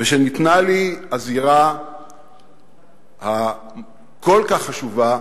ושניתנה לי הזירה הכל-כך חשובה,